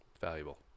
Valuable